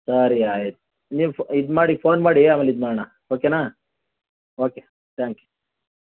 ಸರಿ ಆಯಿತು ನೀವು ಇದು ಮಾಡಿ ಫೋನ್ ಮಾಡಿ ಆಮೇಲೆ ಇದು ಮಾಡೋಣ ಓಕೆನಾ ಓಕೆ ತ್ಯಾಂಕ್ ಯು